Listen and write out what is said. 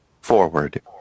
Forward